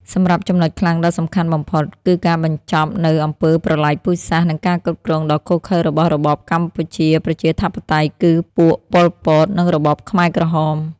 សម្រាប់ចំណុចខ្លាំងដ៏សំខាន់បំផុត គឺការបញ្ចប់នូវអំពើប្រល័យពូជសាសន៍ និងការគ្រប់គ្រងដ៏ឃោរឃៅរបស់របបកម្ពុជាប្រជាធិបតេយ្យ គឺពួកប៉ុលពត និងរបបខ្មែរក្រហម។